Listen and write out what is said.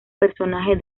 personaje